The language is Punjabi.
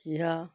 ਕਿਹਾ